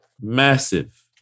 massive